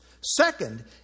Second